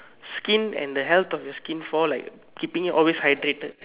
skin and the health of your skin fall like keeping you always hydrated